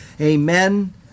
Amen